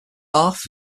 half